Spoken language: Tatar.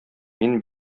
мин